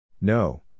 No